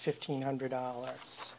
fifteen hundred dollars